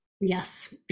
yes